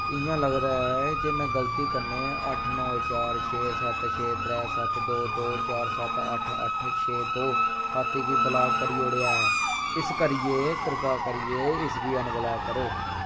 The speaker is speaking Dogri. इ'यां लगदा ऐ जे में गलती कन्नै अठ्ठ नौ चार छे सत छे त्रै सत दो दो चार सत अठ्ठ अठ्ठ छे दो खाते गी ब्लाक करी ओड़ेआ ऐ इस करियै कृपा करियै इसगी अनब्लाक करो